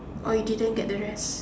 or you didn't get the rest